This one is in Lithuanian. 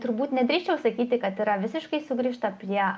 turbūt nedrįsčiau sakyti kad yra visiškai sugrįžta prie